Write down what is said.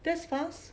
that's fast